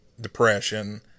depression